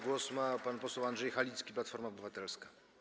Głos ma pan poseł Andrzej Halicki, Platforma Obywatelska.